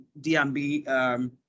DMB